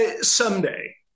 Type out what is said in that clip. someday